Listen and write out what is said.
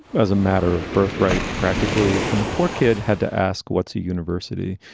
as a matter of birthright, practically. and the poor kid had to ask. what's a university?